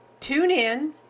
TuneIn